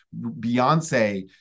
Beyonce